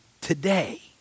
today